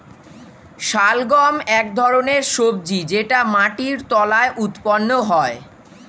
শালগম এক ধরনের সবজি যেটা মাটির তলায় উৎপন্ন হয়